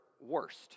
worst